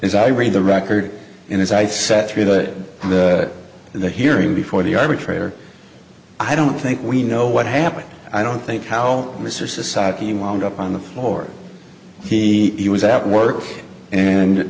as i read the record and as i sat through the hearing before the arbitrator i don't think we know what happened i don't think how mr society wound up on the floor he was at work and